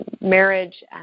marriage